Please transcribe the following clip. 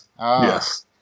Yes